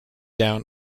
down